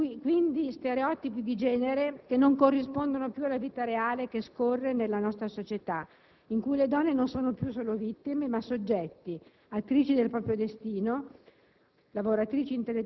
Si perpetuano, quindi, stereotipi di genere che non corrispondono più alla vita reale che scorre nella nostra società, in cui le donne non sono più solo vittime, ma soggetti, autrici del proprio destino,